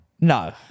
No